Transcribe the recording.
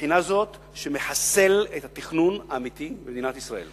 מהבחינה הזאת שהוא מחסל את התכנון האמיתי במדינת ישראל.